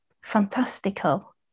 fantastical